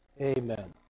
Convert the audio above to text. Amen